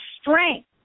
strength